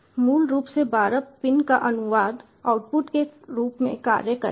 मूल रूप से 12 पिन का अनुवाद आउटपुट के रूप में कार्य करेगा